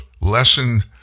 lesson